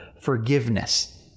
forgiveness